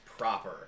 Proper